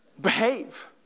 Behave